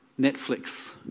Netflix